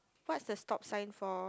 what's the stop sign for